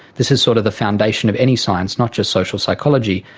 this is sort of the foundation of any science, not just social psychology,